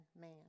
man